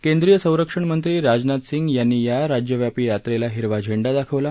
कैंद्रीय संरक्षणमंत्री राजनाथ सिंग यांनी या राज्यव्यापी यात्रेला हिरवा झेंडा दाखवला